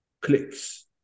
clicks